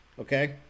okay